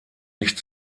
nicht